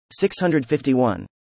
651